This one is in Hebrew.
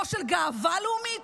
לא לגאווה לאומית,